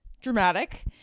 dramatic